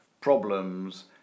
problems